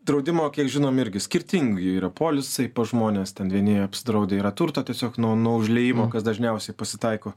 draudimo kiek žinom irgi skirtingi yra polisai pas žmones vieni apsidraudę yra turto tiesiog nuo užliejimo kas dažniausiai pasitaiko